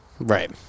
Right